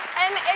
and i